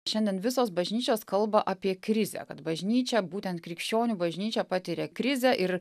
šiandien visos bažnyčios kalba apie krizę kad bažnyčia būtent krikščionių bažnyčia patiria krizę ir